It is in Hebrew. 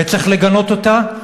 וצריך לגנות אותה,